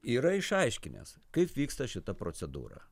yra išaiškinęs kaip vyksta šita procedūra